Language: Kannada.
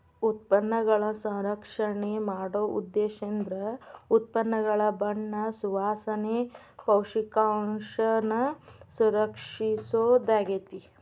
ಉತ್ಪನ್ನಗಳ ಸಂಸ್ಕರಣೆ ಮಾಡೊ ಉದ್ದೇಶೇಂದ್ರ ಉತ್ಪನ್ನಗಳ ಬಣ್ಣ ಸುವಾಸನೆ, ಪೌಷ್ಟಿಕಾಂಶನ ಸಂರಕ್ಷಿಸೊದಾಗ್ಯಾತಿ